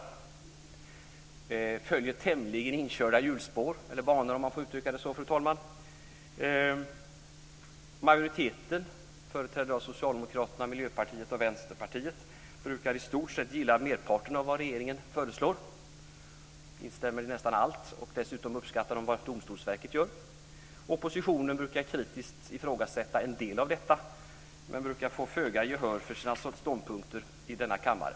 De följer tämligen inkörda hjulspår, eller banor, om man får uttrycka det så, fru talman. Majoriteten, företrädd av Socialdemokraterna, Miljöpartiet och Vänsterpartiet, brukar i stort sett gilla merparten av vad regeringen föreslår - de instämmer i nästan allt - och dessutom uppskattar de vad Domstolsverket gör. Oppositionen brukar kritiskt ifrågasätta en del av detta men brukar få föga gehör för sina ståndpunkter i denna kammare.